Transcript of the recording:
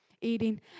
eating